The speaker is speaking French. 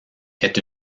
est